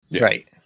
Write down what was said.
Right